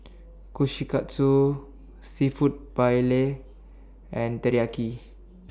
Kushikatsu Seafood Paella and Teriyaki